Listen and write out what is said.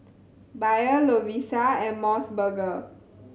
Bia Lovisa and Mos Burger